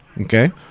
okay